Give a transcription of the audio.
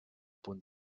punt